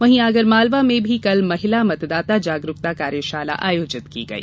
वहीं आगरमालवा में भी कल महिला मतदाता जागरूकता कार्यशाला आयोजित की गई